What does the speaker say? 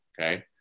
Okay